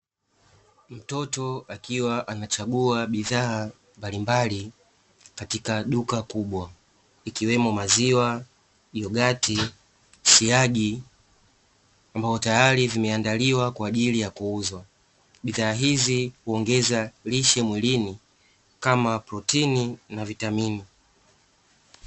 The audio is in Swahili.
Mtoto akiwa anachagua bidhaa mbalimbali katika duka kubwa, ikiwemo maziwa, yogati, siagi, ambavyo tayari vimeandaliwa kwa ajili ya kuuzwa. Bidhaa hizi huongeza lishe mwilini kama protini na vitamini.